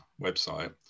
website